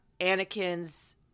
Anakin's